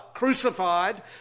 crucified